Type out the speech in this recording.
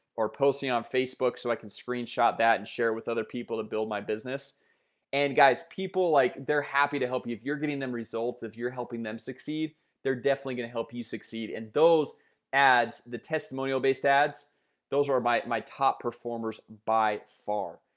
or posting on facebook so i can screenshot that and share with other people to build my business and guys people like they're happy to help you if you're getting them results if you're helping them succeed they're definitely gonna help you succeed and those ads the testimonial based ads those are my my top performers by far,